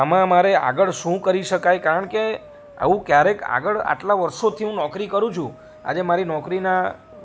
આમાં મારે આગળ શું કરી શકાય કારણ કે આવું ક્યારેક આગળ આટલા વર્ષોથી હું નોકરી કરું છું આજે મારી નોકરીના